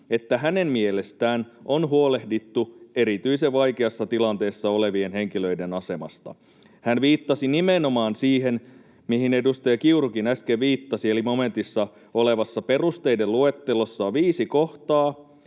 että hänen mielestään on huolehdittu erityisen vaikeassa tilanteessa olevien henkilöiden asemasta. Hän viittasi nimenomaan siihen, mihin edustaja Kiurukin äsken viittasi, eli momentissa olevassa perusteiden luettelossa on viisi kohtaa